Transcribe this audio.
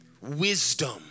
wisdom